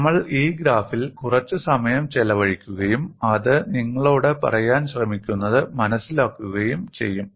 നമ്മൾ ഈ ഗ്രാഫിൽ കുറച്ച് സമയം ചെലവഴിക്കുകയും അത് നിങ്ങളോട് പറയാൻ ശ്രമിക്കുന്നത് മനസിലാക്കുകയും ചെയ്യും